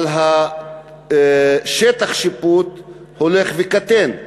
אבל שטח השיפוט הולך וקטן.